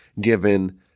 given